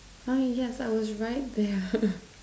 !huh! yes I was right there